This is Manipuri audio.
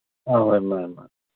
ꯍꯣꯏ ꯍꯣꯏ ꯃꯥꯅꯤ ꯃꯥꯅꯤ